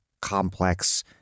complex